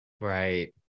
Right